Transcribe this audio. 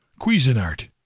Cuisinart